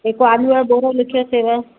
हिकु आलू जो बोरो लिखियो सेव